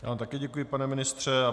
Já vám také děkuji, pane ministře.